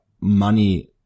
money